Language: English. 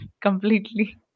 completely